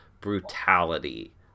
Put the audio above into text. brutality